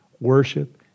worship